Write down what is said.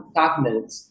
documents